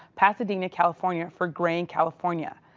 pasadena, california, for graying california.